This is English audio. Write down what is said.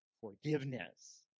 forgiveness